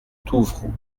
trouve